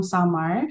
Samar